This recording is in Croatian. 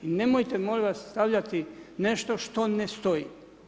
I nemojte molim vas stavljati nešto što ne stoji.